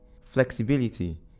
Flexibility